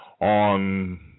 on